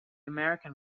american